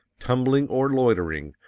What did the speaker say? tumbling or loitering,